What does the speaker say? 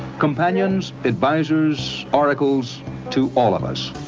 companions, advisors, oracles to all of us.